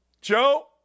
Joe